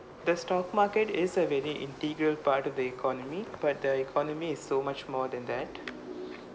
the stock market is a really integral part of the economy but the economy is so much more than that